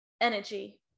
energy